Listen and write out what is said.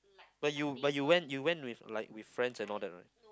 but you but you went you went with like with friends and all that right